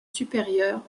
supérieures